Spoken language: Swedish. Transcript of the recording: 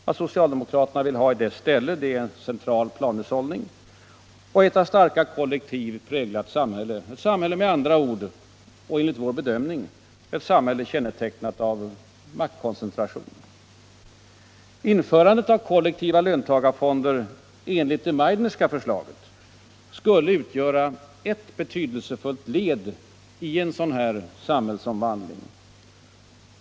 Vad socialdemokraterna vill ha i dess ställe är central planhushållning och ett av starka kollektiv präglat samhälle — ett samhälle med andra ord och enligt vår mening kännetecknat av maktkoncentration. Införandet av kollektiva löntagarfonder enligt det Meidnerska förslaget skulle utgöra ett betydelsefullt led i en sådan här samhällsomvandling.